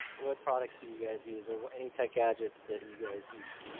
what products do you guys use, or or any tech gadgets that you guys use?